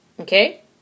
Okay